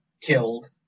killed